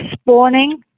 spawning